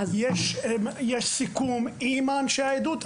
יש סיכום עם אנשי העדות.